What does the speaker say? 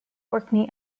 orkney